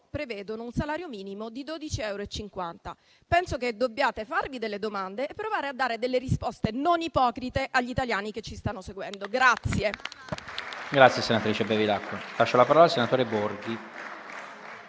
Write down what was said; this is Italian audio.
prevedono un salario minimo di 12 euro e 50 centesimi. Penso che dobbiate farvi delle domande e provare a dare delle risposte non ipocrite agli italiani che ci stanno seguendo.